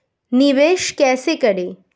निवेश कैसे करें?